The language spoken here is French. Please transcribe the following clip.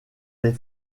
les